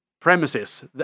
premises